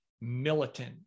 militant